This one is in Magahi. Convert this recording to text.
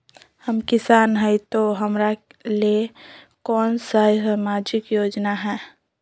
हम किसान हई तो हमरा ले कोन सा सामाजिक योजना है?